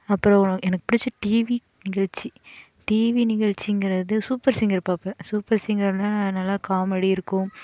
அப்புறம் எனக்கு பிடிச்ச டிவி நிகழ்ச்சி டிவி நிகழ்ச்சிங்கறது சூப்பர் சிங்கர் பார்ப்பேன் சூப்பர் சிங்கர்னா நல்ல காமெடி இருக்கும்